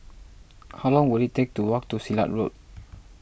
how long will it take to walk to Silat Road